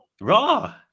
raw